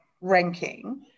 ranking